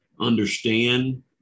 understand